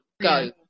Go